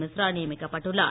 மிஸ்ரா நியமிக்கப்பட்டுள்ளார்